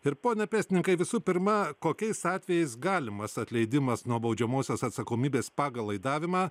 ir pone pėstininkai visų pirma kokiais atvejais galimas atleidimas nuo baudžiamosios atsakomybės pagal laidavimą